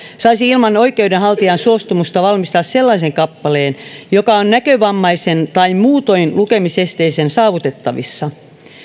saisi ilman oikeudenhaltijan suostumusta valmistaa sellaisen kappaleen joka on näkövammaisen tai muutoin lukemisesteisen saavutettavissa